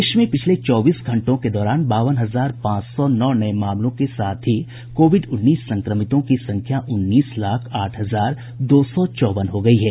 देश में पिछले चौबीस घंटे के दौरान बावन हजार पांच सौ नौ नये मामलों के साथ ही कोविड उन्नीस संक्रमितों की संख्या उन्नीस लाख आठ हजार दो सौ चौवन हो गयी है